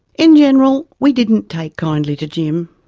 in general, we didn't take kindly to jim,